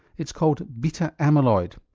it's called beta amyloid.